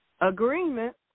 agreement